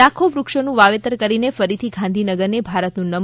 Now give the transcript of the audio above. લાખો વૃક્ષોનું વાવેતર કરી ફરીથી ગાંધીનગરને ભારતનું નં